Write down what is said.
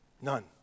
None